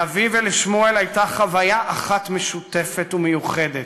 לאבי ולשמואל הייתה חוויה אחת משותפת ומיוחדת